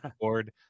board